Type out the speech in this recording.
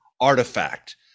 artifact